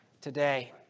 today